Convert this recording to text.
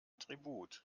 tribut